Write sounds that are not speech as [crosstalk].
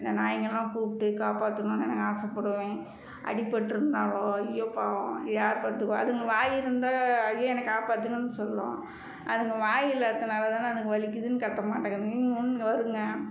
இந்த நாய்ங்கெல்லாம் கூப்பிட்டு காப்பாற்றணுன்னு [unintelligible] நான் ஆசைப்படுவேன் அடிபட்டிருந்தாவோ ஐயோ பாவம் யார் பார்த்துக்குவா அதுங்க வாய் இருந்தால் ஐயோ என்ன காப்பாற்றுங்கன்னு சொல்லும் அதுங்க வாய் இல்லாததினாலதான அதுக்கு வலிக்குதுன்னு கத்த மாட்டேங்குதுங்க ம்ம்னு வருங்க